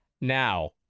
Now